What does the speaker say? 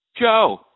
Joe